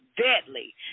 deadly